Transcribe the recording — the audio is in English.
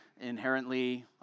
inherently